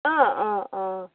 অঁ অঁ অঁ